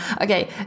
okay